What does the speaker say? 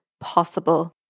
possible